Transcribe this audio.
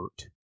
hurt